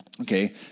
Okay